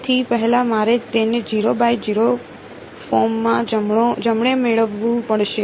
તેથી પહેલા મારે તેને 0 બાય 0 ફોર્મમાં જમણે મેળવવું પડશે